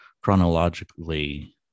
chronologically